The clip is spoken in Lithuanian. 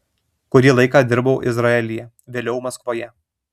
kurį laiką dirbau izraelyje vėliau maskvoje